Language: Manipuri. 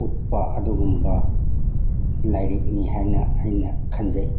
ꯎꯠꯄ ꯑꯗꯨꯒꯨꯝꯕ ꯂꯥꯏꯔꯤꯛꯅꯤ ꯍꯥꯏꯅ ꯑꯩꯅ ꯈꯟꯖꯩ